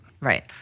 Right